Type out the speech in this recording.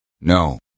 No